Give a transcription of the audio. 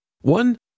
One